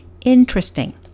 interesting